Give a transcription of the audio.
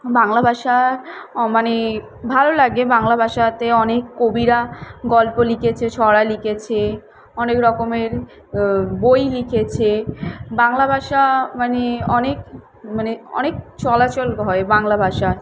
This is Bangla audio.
বাংলা ভাষার মানে ভালো লাগে বাংলা ভাষাতে অনেক কবিরা গল্প লিখেছে ছড়া লিখেছে অনেক রকমের বই লিখেছে বাংলা ভাষা মানে অনেক মানে অনেক চলাচল হয় বাংলা ভাষা